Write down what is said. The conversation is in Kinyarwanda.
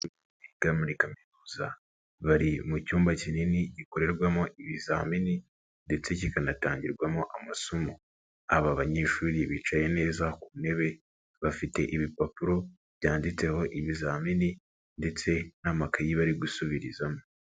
Abiga muri kaminuza, bari mu cyumba kinini gikorerwamo ibizamini ndetse kikanatangirwamo amasomo. Aba banyeshuri bicaye neza ku ntebe, bafite ibipapuro byanditseho ibizamini ndetse n'amakayi bari gusubirizamo.